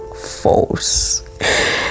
false